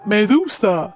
Medusa